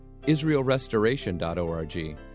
IsraelRestoration.org